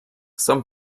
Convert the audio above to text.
some